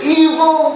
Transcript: evil